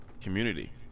community